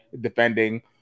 defending